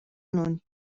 luni